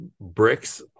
bricks